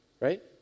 Right